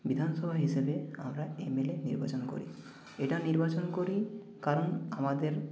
বিধানসভা হিসেবে আমরা এমএলএ নির্বাচন করি এটা নির্বাচন করি কারণ আমাদের